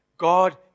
God